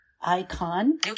icon